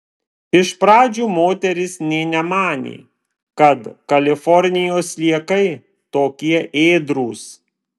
iš pradžių moteris nė nemanė kad kalifornijos sliekai tokie ėdrūs